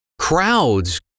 Crowds